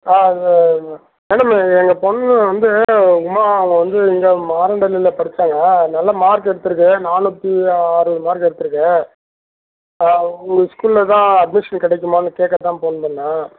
ஆ இது மேடம் எங்கள் எங்கள் பொண்ணு வந்து உமா அவங்க வந்து இங்கே மாடரஹள்ளியில் படித்தாங்க நல்ல மார்க் எடுத்திருக்கு நானூற்றி அறுபது மார்க் எடுத்திருக்கு ஆ உங்கள் ஸ்கூலில் தான் அட்மிஷன் கிடைக்குமான்னு கேட்கத்தான் போன் பண்ணேன்